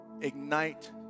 ignite